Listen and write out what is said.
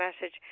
message